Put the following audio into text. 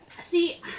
See